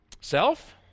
Self